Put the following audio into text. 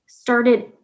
Started